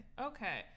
Okay